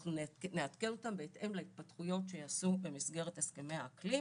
ואנחנו נעדכן אותם בהתאם להתפתחויות שייעשו במסגרת הסכמי האקלים,